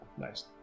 nice